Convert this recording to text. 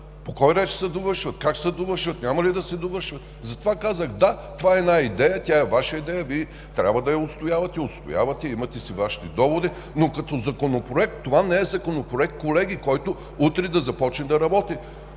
По кой ред ще се довършват? Как ще се довършат? Няма ли да се довършват? Затова казах: да, това е една идея, тя е Ваша идея. Вие трябва да я отстоявате. Отстоявате я, имате си Вашите доводи, но като Законопроект, това не е Законопроект, колеги, който утре да започне да работи.